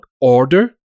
order